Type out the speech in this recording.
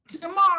tomorrow